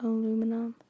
Aluminum